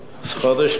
חודש טוב,